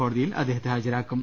കോടതിയിൽ അദ്ദേഹത്തെ ഹാജരാക്കും